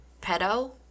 Pedo